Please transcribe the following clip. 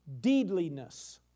deedliness